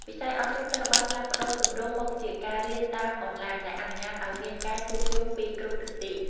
វិស័យអប់រំត្រូវបានផ្លាស់ប្តូរទម្រង់មកជាការរៀនតាមអនឡាញដែលអនុញ្ញាតឱ្យមានការជួបជុំពីគ្រប់ទិសទី។